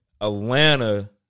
Atlanta